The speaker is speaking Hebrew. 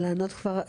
לענות כבר?